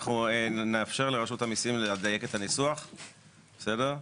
אנחנו נאפשר לרשות המיסים לדייק את הניסוח, בסדר?